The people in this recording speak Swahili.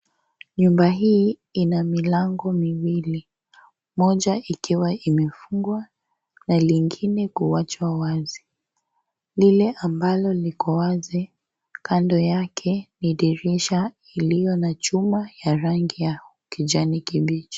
Nyumba hii ina milango miwili , mmoja ikiwa imefungwa na lingine kuwachwa wazi, lile ambalo liko wazi kando yake ni dirisha iliyo na chuma ya rangi ya kijani kibichi.